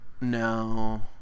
No